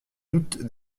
doute